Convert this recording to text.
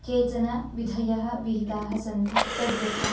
केचन विधयः विहिताः सन्ति तद्यथा